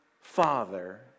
Father